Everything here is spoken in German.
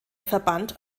verband